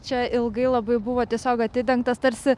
ilgai labai buvo tiesiog atidengtas tarsi